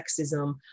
sexism